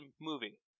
movie